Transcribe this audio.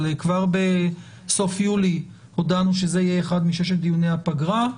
אבל כבר בסוף יולי הודענו שזה יהיה אחד מששת דיוני הפגרה.